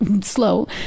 slow